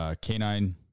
canine